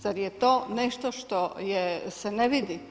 Zar je to nešto što se ne vidi?